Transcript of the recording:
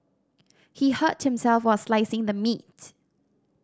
he hurt himself while slicing the meat